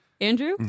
Andrew